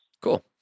Cool